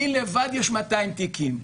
לי לבד יש 200 תיקים.